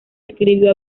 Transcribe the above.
escribió